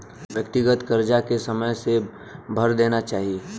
व्यक्तिगत करजा के समय से भर देना चाही